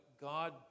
God